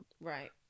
right